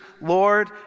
Lord